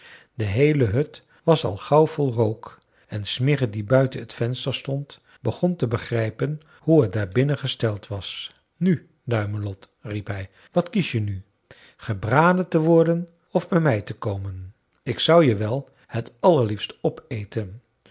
de heele hut was al gauw vol rook en smirre die buiten het venster stond begon te begrijpen hoe het daar binnen gesteld was nu duimelot riep hij wat kies je nu gebraden te worden of bij mij te komen ik zou je wel het allerliefst opeten